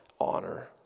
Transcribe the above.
honor